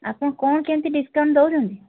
ଆପଣ କ'ଣ କେମିତି ଡ଼ିସ୍କାଉଣ୍ଟ୍ ଦେଉଛନ୍ତି